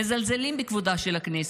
יש ניתוק אמיתי בבית הזה,